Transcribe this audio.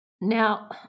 Now